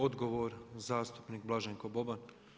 Odgovor zastupnik Blaženko Boban.